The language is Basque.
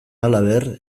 halaber